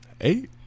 eight